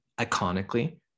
iconically